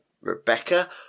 Rebecca